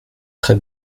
très